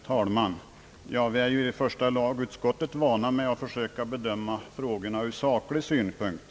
Herr talman! Vi är i första lagutskottet vana vid att bedöma frågorna ur saklig synpunkt.